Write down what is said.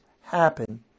happen